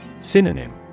Synonym